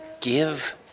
give